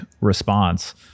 response